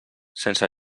sense